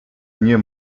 nie